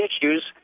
issues